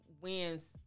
wins